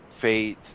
faith